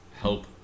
help